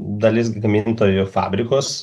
dalis gamintojų fabrikus